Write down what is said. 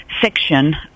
section